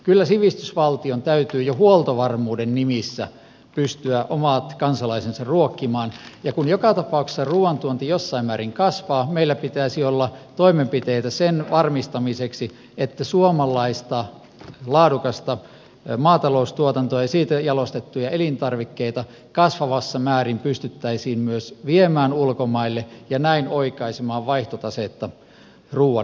kyllä sivistysvaltion täytyy jo huoltovarmuuden nimissä pystyä omat kansalaisensa ruokkimaan ja kun joka tapauksessa ruuantuonti jossain määrin kasvaa meillä pitäisi olla toimenpiteitä sen varmistamiseksi että suomalaista laadukasta maataloustuotantoa ja siitä jalostettuja elintarvikkeita kasvavassa määrin pystyttäisiin myös viemään ulkomaille ja näin oikaisemaan vaihtotasetta ruuan osalta